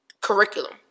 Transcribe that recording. curriculum